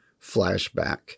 flashback